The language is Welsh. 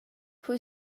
pwy